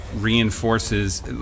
reinforces